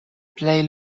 plej